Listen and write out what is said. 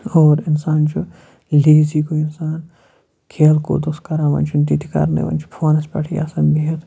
اور اِنسان چھُ لیزی گوٚو اِنسان کھیل کوٗد اوس کَران وۄنۍ چھُنہٕ تِتہِ کَرنٕے وۄنۍ چھِ فونَس پٮ۪ٹھٕے آسان بِہِتھ